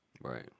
Right